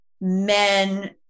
men